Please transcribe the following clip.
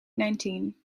nineteen